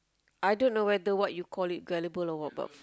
I don't know whether what you call it gullible or what but f~